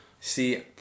See